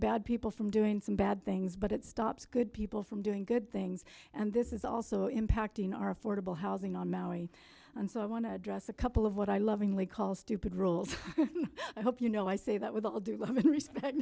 bad people from doing some bad things but it stops good people from doing good things and this is also impacting our affordable housing on maui and so i want to address a couple of what i lovingly call stupid rules i hope you know i say that with all due respect